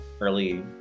early